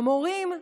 המורים,